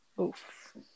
Oof